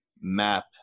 map